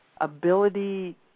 ability